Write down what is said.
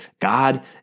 God